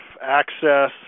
access